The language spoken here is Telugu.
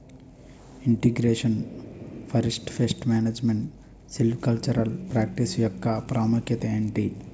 integration forest pest management silvicultural practice యెక్క ప్రాముఖ్యత ఏంటి